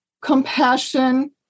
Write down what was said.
compassion